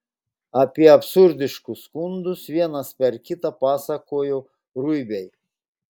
apie absurdiškus skundus vienas per kitą pasakojo ruibiai